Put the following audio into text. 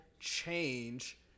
Change